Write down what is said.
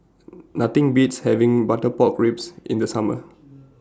Nothing Beats having Butter Pork Ribs in The Summer